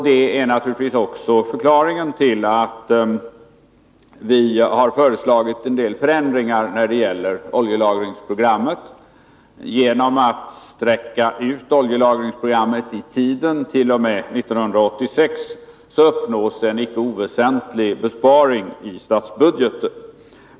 Detta är naturligtvis också förklaringen till att vi har föreslagit en del förändringar när det gäller oljelagringsprogrammet. Genom att sträcka ut oljelagringsprogrammet i tiden t.o.m. 1986 uppnår man en icke oväsentlig besparing i statsbudgeten.